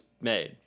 made